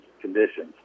conditions